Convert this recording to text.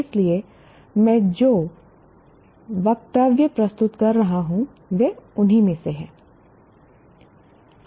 इसलिए मैं जो वक्तव्य प्रस्तुत कर रहा हूं वे उन्हीं में से हैं